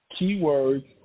keywords